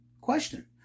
Question